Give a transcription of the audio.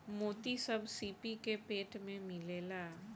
मोती सब सीपी के पेट में मिलेला